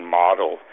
model